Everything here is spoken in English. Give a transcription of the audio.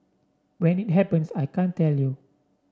when it happens I can't tell you